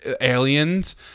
aliens